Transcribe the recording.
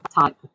type